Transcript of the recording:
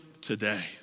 today